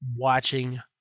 watching